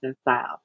style